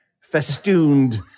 festooned